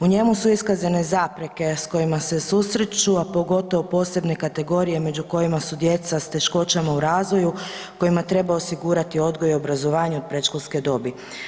U njemu su iskazane zapreke s kojima se susreću, a pogotovo posebne kategorije među kojima su djeca s teškoćama u razvoju, kojima treba osigurati odgoj i obrazovanje od predškolske dobi.